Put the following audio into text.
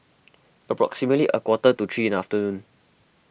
approximately a quarter to three in the afternoon